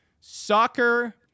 Soccer